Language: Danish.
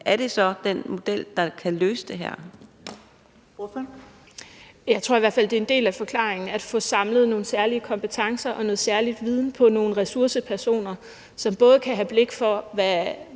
Karina Lorentzen Dehnhardt (SF): Jeg tror i hvert fald, det er en del af løsningen: at få samlet nogle kompetencer og noget særlig viden hos nogle ressourcepersoner, som både kan have blik for, hvad